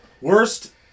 worst